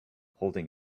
holding